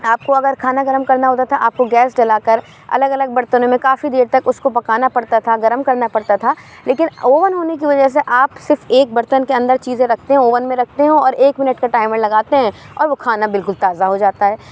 آپ کو اگر کھانا گرم کرنا ہوتا تھا آپ کو گیس جلا کر الگ الگ برتنوں میں کافی دیر تک اس کو پکانا پڑتا تھا گرم کرنا پڑتا تھا لیکن اوون ہونے کی وجہ سے آپ صرف ایک برتن کے اندر چیزیں رکھتے ہیں اوون میں رکھتے ہیں اور ایک منٹ کا ٹائمر لگاتے ہیں اور وہ کھانا بالکل تازہ ہو جاتا ہے